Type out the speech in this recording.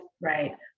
right